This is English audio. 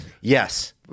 Yes